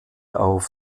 auf